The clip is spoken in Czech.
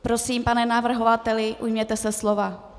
Prosím, pane navrhovateli, ujměte se slova.